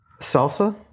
Salsa